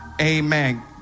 amen